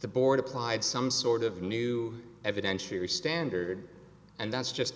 the board applied some sort of new evidentiary standard and that's just